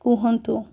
କୁହନ୍ତୁ